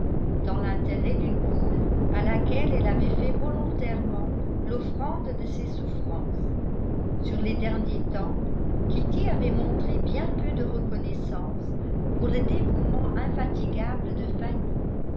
dans l'intérêt d'une cause à laquelle elle avait fait volontairement l'offrande de ses souffrances sur les derniers temps kitty avait montré bien peu de reconnaissance pour le dévouement infatigable de